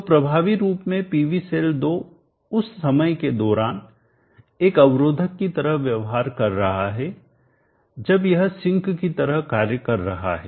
तो प्रभावी रूप में PV सेल 2 उस समय के दौरान एक अवरोधक की तरह व्यवहार कर रहा है जब यह सिंक की तरह कार्य कर रहा है